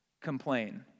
complain